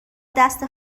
دست